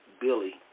Billy